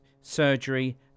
surgery